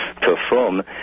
perform